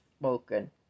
spoken